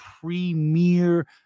premier